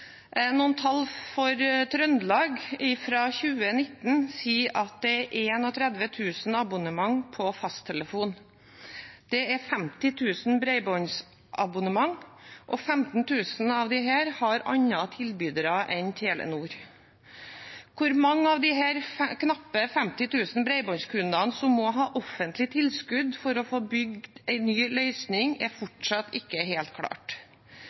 Noen tall for Trøndelag fra 2019 sier at det er 31 000 abonnement på fasttelefon. Det er 50 000 bredbåndsabonnement, og 15 000 av disse har andre tilbydere enn Telenor. Hvor mange av disse knappe 50 000 bredbåndskundene som må ha offentlig tilskudd for å få bygd en ny løsning, er fortsatt ikke helt klart.